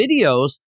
videos